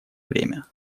время